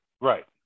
Right